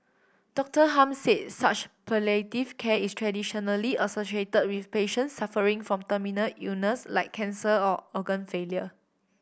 Doctor Hum said such palliative care is traditionally associated with patients suffering from terminal illness like cancer or organ failure